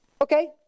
Okay